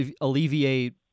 alleviate